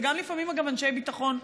וגם לפעמים אגב אנשי ביטחון,